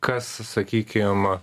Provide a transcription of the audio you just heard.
kas sakykim